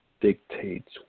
dictates